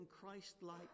Christ-like